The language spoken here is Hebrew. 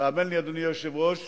אדוני היושב-ראש